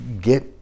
Get